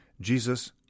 Jesus